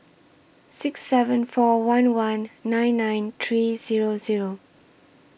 six seven four one one nine nine three Zero Zero